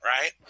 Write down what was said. right